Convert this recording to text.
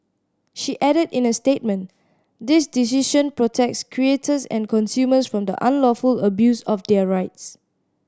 she added in a statement this decision protects creators and consumers from the unlawful abuse of their rights